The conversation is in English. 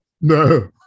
No